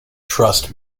trust